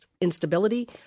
instability